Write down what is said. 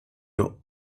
your